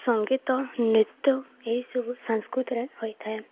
ସଙ୍ଗୀତ ନୃତ୍ୟ ଏହିସବୁ ସଂସ୍କୃତିରେ ହୋଇଥାଏ